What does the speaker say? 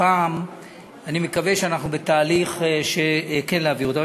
הפעם אני מקווה שאנחנו בתהליך כן להעביר זאת.